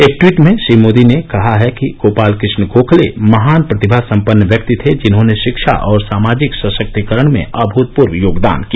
एक ट्वीट में श्री मोदी ने कहा है कि गोपाल कृष्ण गोखले महान प्रतिभा संपन्न व्यक्ति थे जिन्होंने शिक्षा और सामाजिक सशक्तीकरण में अभूतपूर्व योगदान किया